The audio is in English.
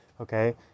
Okay